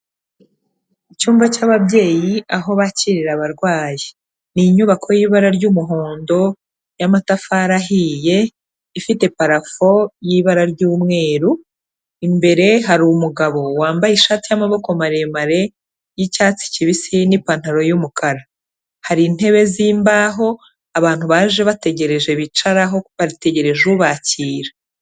Icyumba cy'ababyeyi aho bakirira abarwayi. Ni inyubako y'ibara ry'umuhondo, y'amatafari ahiye, ifite parafo y'ibara ry'umweru, imbere hari umugabo wambaye ishati y'amaboko maremare y'icyatsi kibisi n'ipantaro y'umukara, hari intebe zimbaho abantu baje bategereje bicaraho, bategereje ubakira.